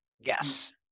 yes